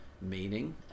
meaning